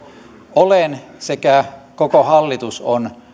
olen sekä koko hallitus on